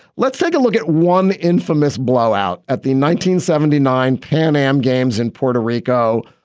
let's take a look at one infamous blow out at the nineteen seventy nine pan am games in puerto rico.